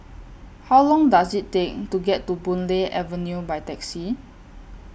How Long Does IT Take to get to Boon Lay Avenue By Taxi